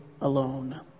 Alone